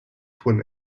twin